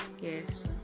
Yes